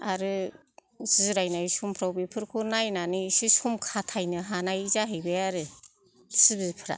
आरो जिरायनाय समफ्राव बेफोरखौ नायनानै एसे सम खाथायनो हानाय जाहैबाय आरो टिभि फ्रा